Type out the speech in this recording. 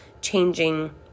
changing